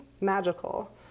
magical